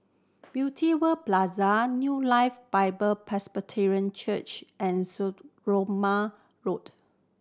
Beauty World Plaza New Life Bible Presbyterian Church and Stagmont Road